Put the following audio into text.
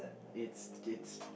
it's it's uh